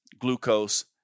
glucose